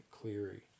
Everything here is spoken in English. Cleary